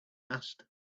asked